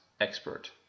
expert